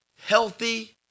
healthy